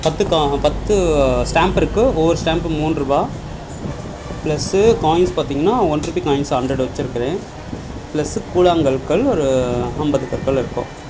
பத்து கா பத்து ஸ்டாம்பிருக்கு ஒவ்வொரு ஸ்டாம்பு மூன்றுருபா பிளஸ்ஸு காயின்ஸ் பார்த்தீங்கனா ஒன் ருபி காயின்ஸ் ஹண்ட்ரெட் வெச்சிருக்கிறேன் பிளஸ்ஸு கூழாங்கற்கள் ஒரு ஐம்பது கற்கள் இருக்கும்